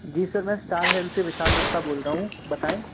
जी sir मैं Star Health से विशाल गुप्ता बोल रहा हूँ बताएँ